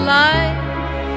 life